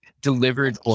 delivered